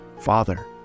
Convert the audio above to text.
Father